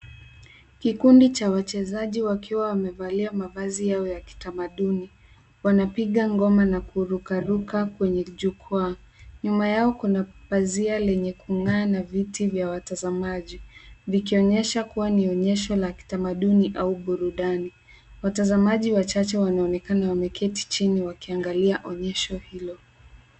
Kikundi cha wachezaji wakiwa wamevali mavazi yao ya kitamaduni. Wanapiga ngona na kurukaruka kwenye jukwaa. Nyuma yao kuna pazia lenye kung'aa na viti vya watzamaji, vikionyesha kuwa ni onyesha la kitamaduni au burudani. Watazamaji wachache wanaonekana wakiwa wameketi chini wakiangalia onyesho hilo.